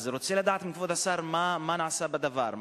אני רוצה לדעת מכבוד השר, מה נעשה בדבר?